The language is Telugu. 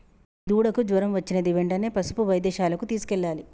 మా దూడకు జ్వరం వచ్చినది వెంటనే పసుపు వైద్యశాలకు తీసుకెళ్లాలి